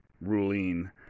ruling